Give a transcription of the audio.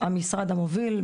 המשרד המוביל,